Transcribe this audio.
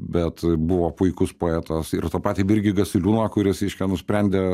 bet buvo puikus poetas ir tą patį virgį gasiliūną kuris reiškia nusprendė